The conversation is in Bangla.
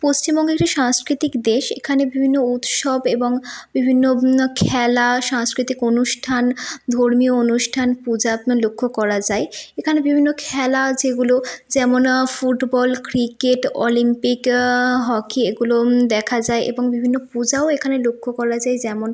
পশ্চিমবঙ্গ একটি সাংস্কৃতিক দেশ এখানে বিভিন্ন উৎসব এবং বিভিন্ন খেলা সাংস্কৃতিক অনুষ্ঠান ধর্মীয় অনুষ্ঠান পূজা লক্ষ্য করা যায় এখানে বিভিন্ন খেলা যেগুলো যেমন ফুটবল ক্রিকেট অলিম্পিক হকি এগুলো দেখা যায় এবং বিভিন্ন পূজাও এখানে লক্ষ্য করা যায় যেমন